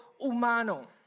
humano